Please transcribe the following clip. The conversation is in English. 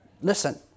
Listen